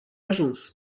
ajuns